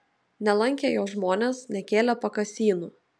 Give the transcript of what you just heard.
nelankė jo žmonės nekėlė pakasynų